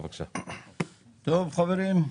חברים,